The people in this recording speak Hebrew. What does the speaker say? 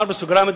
אומר בסוגריים,